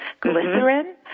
Glycerin